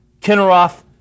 Kinneroth